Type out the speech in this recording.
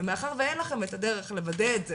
מאחר ואין לכם את הדרך לוודא את זה,